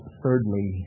thirdly